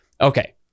Okay